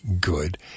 good